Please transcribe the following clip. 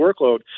workload